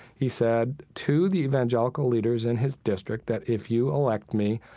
he said to the evangelical leaders in his district that, if you elect me,